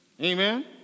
Amen